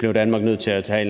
det, er det ikke